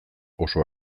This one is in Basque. oso